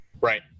Right